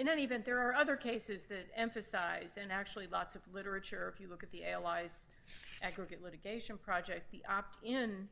in any event there are other cases that emphasize and actually lots of literature you look at the allies aggregate litigation project the opt in